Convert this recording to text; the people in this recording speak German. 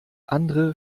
andere